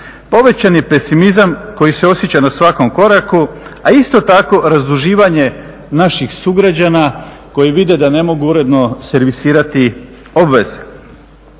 Povećan je pesimizam koji se osjeća na svakom koraku, a isto tako razduživanje naših sugrađana koji vide da ne mogu uredno servisirati obveze.